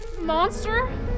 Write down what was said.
monster